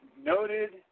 noted